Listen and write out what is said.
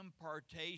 impartation